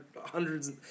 hundreds